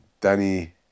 Danny